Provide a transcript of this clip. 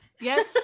yes